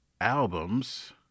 albums